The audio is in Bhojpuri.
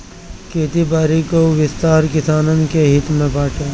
खेती बारी कअ विस्तार किसानन के हित में बाटे